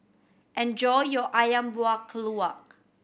enjoy your Ayam Buah Keluak